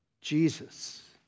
Jesus